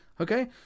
Okay